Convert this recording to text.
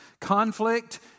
conflict